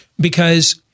because-